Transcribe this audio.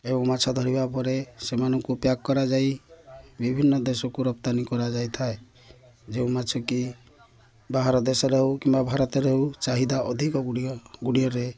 ଏବଂ ମାଛ ଧରିବା ପରେ ସେମାନଙ୍କୁ ପ୍ୟାକ୍ କରାଯାଇ ବିଭିନ୍ନ ଦେଶକୁ ରପ୍ତାନି କରାଯାଇଥାଏ ଯେଉଁ ମାଛ କି ବାହାର ଦେଶରେ ହଉ କିମ୍ବା ଭାରତରେ ହଉ ଚାହିଦା ଅଧିକ ଗୁଡ଼ିଏ ଗୁଡ଼ିଏରେ